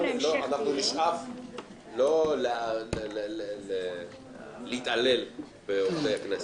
אנחנו נשאף לא להתעלל בעובדי הכנסת.